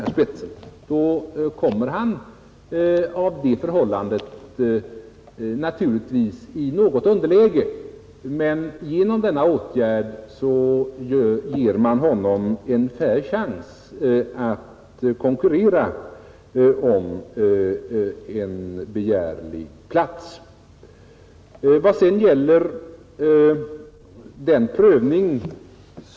Han kommer naturligtvis på grund av det förhållandet i något underläge, men genom denna åtgärd ger man honom en fair chans att konkurrera om en begärlig plats.